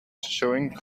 showing